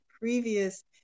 previous